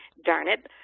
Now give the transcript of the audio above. darn it.